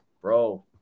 bro